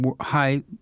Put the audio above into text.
high